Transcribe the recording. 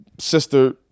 Sister